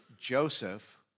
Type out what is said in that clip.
Joseph